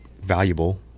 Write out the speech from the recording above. valuable